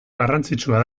garrantzitsua